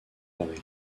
paris